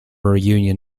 reunion